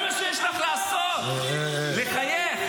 436 הרוגים --- מה את מחייכת?